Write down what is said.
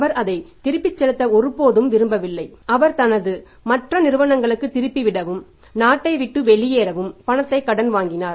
அவர் அதை திருப்பிச் செலுத்த ஒருபோதும் விரும்பவில்லை அவர் தனது மற்ற நிறுவனங்களுக்கு திருப்பி விடவும் நாட்டை விட்டு வெளியேறவும் பணத்தை கடன் வாங்கினார்